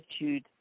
attitude